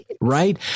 right